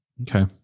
Okay